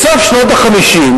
בסוף שנות ה-50,